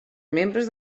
membres